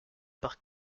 par